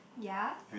ya